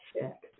check